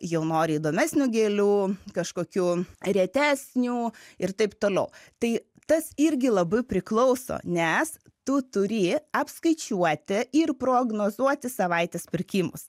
jau nori įdomesnių gėlių kažkokių retesnių ir taip toliau tai tas irgi labai priklauso nes tu turi apskaičiuoti ir prognozuoti savaitės pirkimus